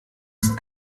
ist